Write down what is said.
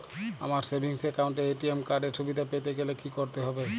আমার savings account এ ATM card এর সুবিধা পেতে গেলে কি করতে হবে?